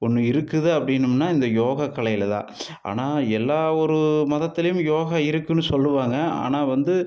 ஒன்று இருக்குது அப்படினோம்னா இந்த யோகா கலையில் தான் ஆனால் எல்லா ஓரு மதத்திலேயும் யோகா இருக்குனு சொல்வாங்க ஆனால் வந்து